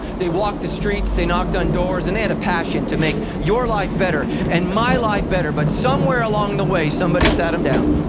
they walked the streets, they knocked on doors and they had a passion to make your life better and my life better but somewhere along the way, somebody sat them down.